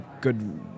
good